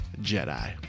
Jedi